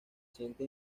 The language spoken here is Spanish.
siente